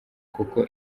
kuko